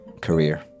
career